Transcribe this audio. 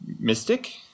mystic